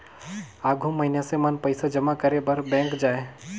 आघु मइनसे मन पइसा जमा करे बर बेंक जाएं